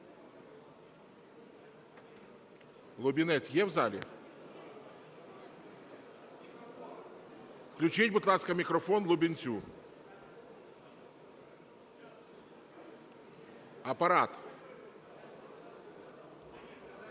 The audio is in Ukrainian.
Лубінець є в залі? Включіть, будь ласка, мікрофон Лубінцю. Апарат!